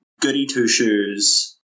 goody-two-shoes